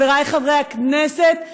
חברי חברי הכנסת,